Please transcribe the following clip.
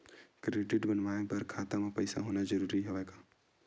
Credit बनवाय बर खाता म पईसा होना जरूरी हवय का?